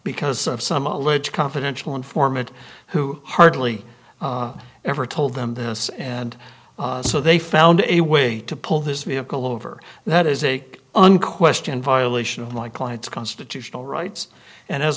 because of some alleged confidential informant who hardly ever told them this and so they found a way to pull this vehicle over that is a unquestioned violation of my client's constitutional rights and as